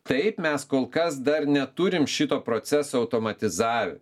taip mes kol kas dar neturim šito proceso automatizavę